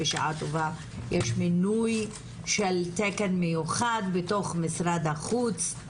בשעה טובה יש מינוי של תקן מיוחד בתוך משרד החוץ,